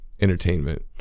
entertainment